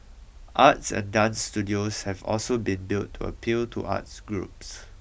arts and dance studios have also been built to appeal to arts groups